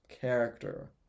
character